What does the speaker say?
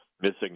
missing